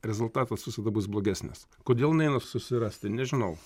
rezultatas visada bus blogesnis kodėl neina susirasti nežinau